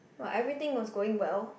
but everything was going well